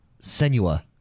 senua